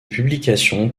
publications